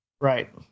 Right